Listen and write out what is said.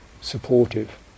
supportive